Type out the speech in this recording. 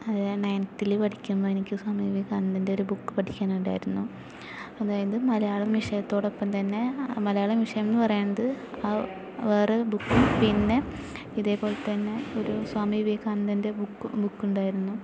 നയൻതില് പഠിക്കുമ്പോൾ എനിക്ക് സ്വാമി വിവേകാനന്ദൻ്റെ ഒരു ബുക്ക് പഠിക്കാനുണ്ടായിരുന്നു അതായത് മലയാളം വിഷയത്തോടൊപ്പം തന്നെ മലയാളം വിഷയം എന്ന് പറയണത് വേറെ ബുക്കും പിന്നെ ഇതേപോലെത്തന്നെ ഒരു സ്വാമി വിവേകാനന്ദൻ്റെ ബുക്ക് ബുക്കുണ്ടായിരുന്നു